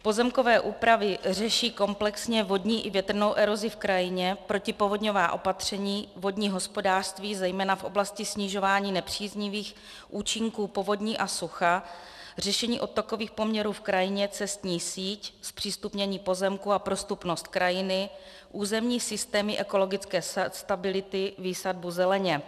Pozemkové úpravy řeší komplexně vodní i větrnou erozi v krajině, protipovodňová opatření, vodní hospodářství zejména v oblasti snižování nepříznivých účinků povodní a sucha, řešení odtokových poměrů v krajině, cestní síť, zpřístupnění pozemků a prostupnost krajiny, územní systémy ekologické stability, výsadbu zeleně.